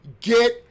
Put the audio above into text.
get